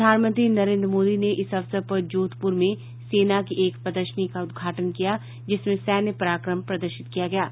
प्रधानमंत्री नरेन्द्र मोदी ने इस अवसर पर जोधपुर में सेना की एक प्रदर्शनी को उद्घाटन किया जिसमें सैन्य पराक्रम प्रदर्शित किया गया है